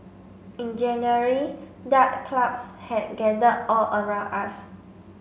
in January dark clouds had gathered all around us